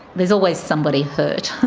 there's always somebody hurt.